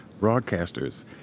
Broadcasters